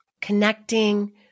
connecting